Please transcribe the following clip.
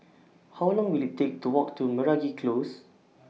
How Long Will IT Take to Walk to Meragi Close